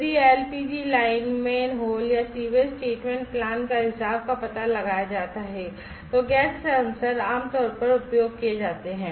यदि LPG pipe manhole या sewage treatment plan का रिसाव का पता लगाया जाता है तो गैस सेंसर आमतौर पर उपयोग किए जाते हैं